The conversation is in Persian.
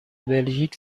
بلژیک